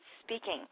speaking